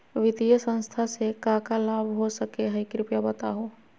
वित्तीय संस्था से का का लाभ हो सके हई कृपया बताहू?